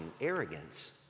arrogance